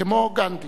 כמו גנדי.